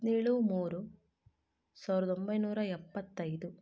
ಹದಿನೇಳು ಮೂರು ಸಾವಿರದ ಒಂಬೈನೂರ ಎಪ್ಪತ್ತೈದು